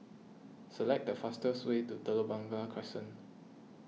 select the fastest way to Telok Blangah Crescent